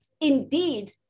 Indeed